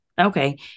Okay